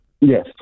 Yes